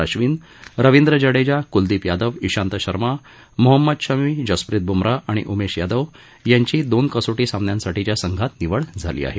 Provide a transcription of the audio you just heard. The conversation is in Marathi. अब्बिन रविंद्र जडेजा कुलदीप यादव ईशांत शर्मा मोहम्मद शमी जसप्रीत बुमराह आणि उमेश यादव यांची दोन कसोपी सामन्यांसाठीच्या संघात निवड झाली आहे